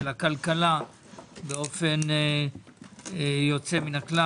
של הכלכלה באופן יוצא מן הכלל.